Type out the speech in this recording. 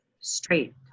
straight